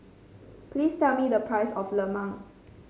please tell me the price of lemang